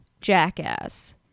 jackass